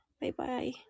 Bye-bye